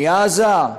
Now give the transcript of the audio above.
עזה?